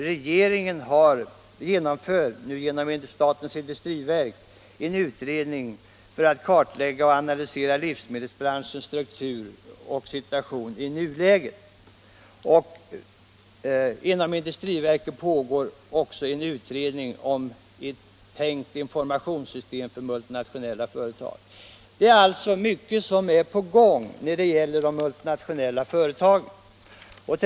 Vidare genomförregeringen genom statens industriverk en utredning för att kartlägga och analysera livsmedelsbranschens strukturoch situationi nuläget. Inom industriverket pågår också en utredning om ett tänkt informationssystem för de multinationella företagen. Det är alltså mycket som är på gång när det gäller de multinationella företagen.